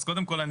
אז קודם כל,